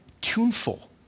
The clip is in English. tuneful